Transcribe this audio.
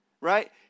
right